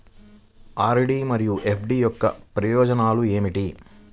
RD మరియు FD యొక్క ప్రయోజనాలు ఏమిటి?